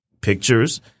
pictures